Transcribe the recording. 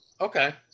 Okay